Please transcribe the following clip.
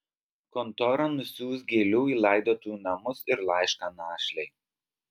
kontora nusiųs gėlių į laidotuvių namus ir laišką našlei